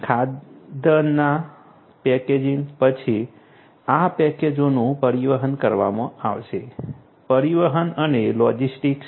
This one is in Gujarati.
ખાદ્યાન્નના પેકેજિંગ પછી આ પેકેજોનું પરિવહન કરવામાં આવશે પરિવહન અને લોજિસ્ટિક્સ